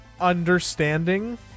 understanding